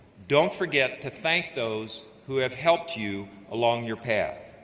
don't forget to thank those who have helped you along your path.